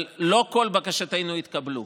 לא כל בקשותינו התקבלו.